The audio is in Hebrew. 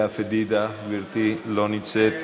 לאה פדידה, גברתי, לא נמצאת,